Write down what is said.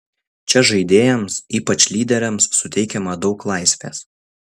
čia žaidėjams ypač lyderiams suteikiama daug laisvės